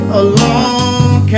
alone